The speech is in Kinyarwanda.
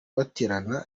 baterana